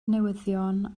newyddion